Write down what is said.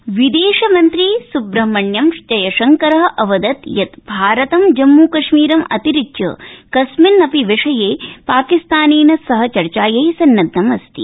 ज्ञयशङ्कर विदेशमन्त्री सुब्रह्मण्यम् जयश कर अवदत् यत् भारतं जम्मू कश्मीरं अतिरिच्य कास्मिनपि विषये पाकिस्तानेन सह चर्चायै सन्नदधम अस्ति